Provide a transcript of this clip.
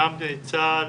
גם צה"ל,